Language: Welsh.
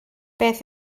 beth